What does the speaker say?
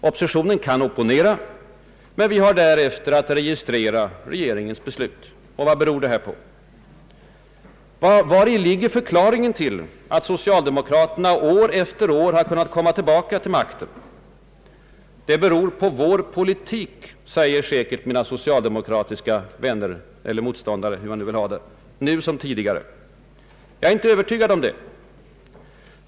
Oppositionen kan opponera, men vi har därefter att registrera regeringens beslut. Och vad beror detta på? Vari ligger förklaringen till att socialdemokraterna år efter år kunnat komma tillbaka till makten? Det beror på vår politik, säger säkert mina socialdemokratiska vänner — eller motståndare, hur man nu vill ha det — nu som tidigare. Jag är inte övertygad om detta.